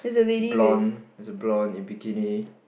bronze it's a bronze in bikini